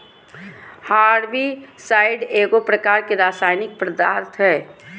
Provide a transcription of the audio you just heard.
herbicide एगो प्रकार के रासायनिक पदार्थ हई